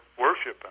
worshiping